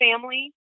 family